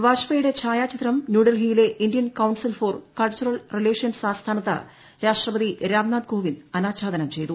വാജ്പേയുട്ടെ ഛായചിത്രം ന്യൂഡൽഹിയിലെ Indian council for cultural relations ആസ്ഥാനത്ത് രാഷ്ട്രപ്പത്ി രാംനാഥ് കോവിന്ദ് അനാച്ഛാദനം ചെയ്തു